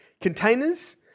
Containers